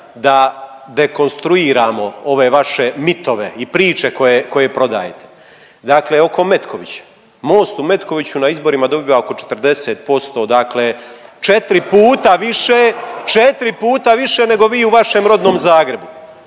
da dekonstruiramo ove vaše mitove i priče koje, koje prodajete, dakle oko Metkovića. Most u Metkoviću na izborima dobiva oko 40%, dakle 4 puta više, 4 puta više nego vi u vašem rodnom Zagrebu.